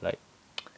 like